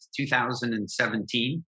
2017